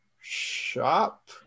shop